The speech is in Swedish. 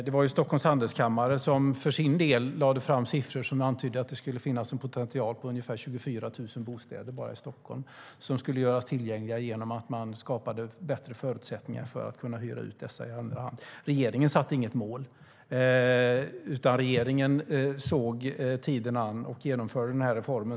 Det var Stockholms Handelskammare som för sin del lade fram siffror som antydde att det skulle finnas en potential på ungefär 24 000 bostäder bara i Stockholm som skulle göras tillgängliga genom att man skapade bättre förutsättningar för att kunna hyra ut dem i andra hand. Regeringen satte inte upp något mål utan såg tiden an och genomförde denna reform.